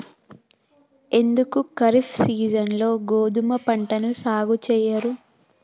ఎందుకు ఖరీఫ్ సీజన్లో గోధుమ పంటను సాగు చెయ్యరు?